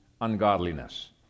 ungodliness